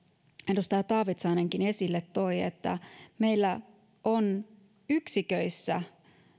edustaja taavitsainenkin esille toi että meillä on yksiköissä